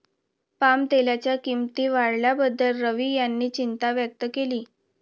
पामतेलाच्या किंमती वाढल्याबद्दल रवी यांनी चिंता व्यक्त केली